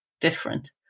different